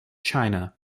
china